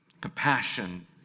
Compassion